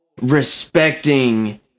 respecting